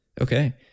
Okay